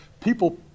people